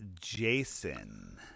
Jason